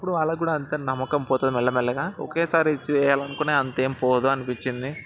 అప్పుడు వాళ్ళకి కూడా అంత నమ్మకం పోతుంది మెల్లమెల్లగా ఒకసారి నమ్మకం చేయాలనుకున్నను అంతేం పోదు అనిపించింది